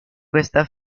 questa